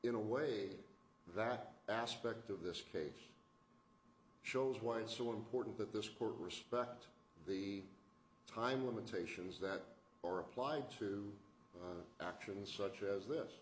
in a way that aspect of this case shows why it's so important that this court respect the time limitations that are applied to actions such as this